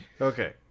Okay